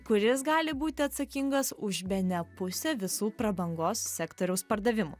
kuris gali būti atsakingas už bene pusę visų prabangos sektoriaus pardavimų